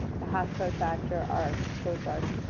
the half protractor, arcs, closed arcs.